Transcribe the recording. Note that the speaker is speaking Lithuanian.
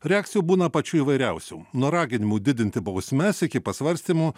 reakcijų būna pačių įvairiausių nuo raginimų didinti bausmes iki pasvarstymų